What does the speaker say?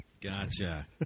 Gotcha